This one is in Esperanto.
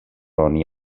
oni